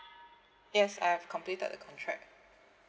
yes I have completed the contract